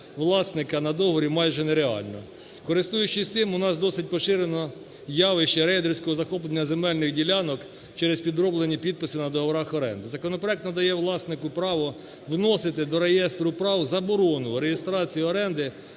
власника на договорі майже нереально. Користуючись цим, у нас досить поширене явище рейдерського захоплення земельних ділянок через підроблені підписи на договорах оренди. Законопроект надає власнику право вносити до реєстру прав заборону реєстрації оренди